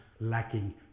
lacking